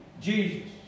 Jesus